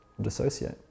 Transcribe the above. dissociate